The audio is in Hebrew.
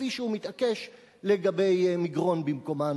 כפי שהוא מתעקש לגבי מגרון במקומה הנוכחי.